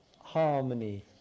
harmony